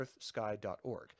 EarthSky.org